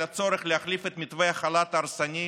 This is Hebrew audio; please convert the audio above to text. הצורך להחליף את מתווה החל"ת ההרסני,